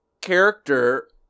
character